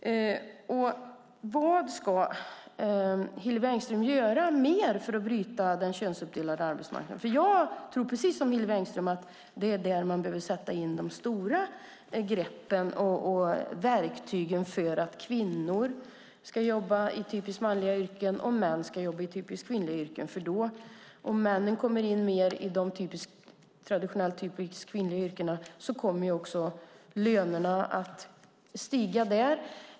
Vad ska Hillevi Engström mer göra för att bryta den könsuppdelade arbetsmarknaden? Jag tror, precis som Hillevi Engström, att det är där man behöver ta till de stora greppen och verktygen för att kvinnor ska jobba i typiskt manliga yrken och män i typiskt kvinnliga yrken. Om männen kommer in mer i de traditionellt kvinnliga yrkena kommer lönerna att stiga där.